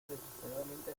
desesperadamente